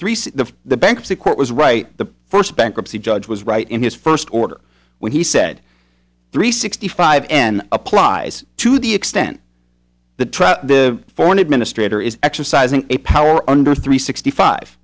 o the bankruptcy court was right the first bankruptcy judge was right in his first order when he said three sixty five n applies to the extent the the foreign administrator is exercising a power under three sixty five